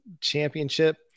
championship